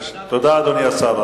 תודה, אדוני השר.